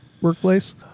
workplace